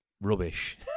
rubbish